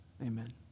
Amen